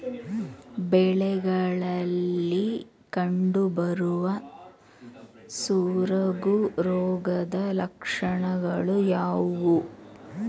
ಬೆಳೆಗಳಲ್ಲಿ ಕಂಡುಬರುವ ಸೊರಗು ರೋಗದ ಲಕ್ಷಣಗಳು ಯಾವುವು?